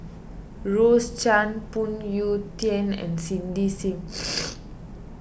Rose Chan Phoon Yew Tien and Cindy Sim